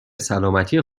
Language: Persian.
سلامتی